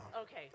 Okay